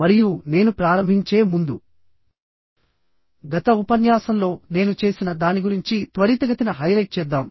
మరియు నేను ప్రారంభించే ముందు గత ఉపన్యాసంలో నేను చేసిన దాని గురించి త్వరితగతిన హైలైట్ చేద్దాం